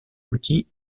outil